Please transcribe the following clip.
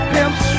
Pimps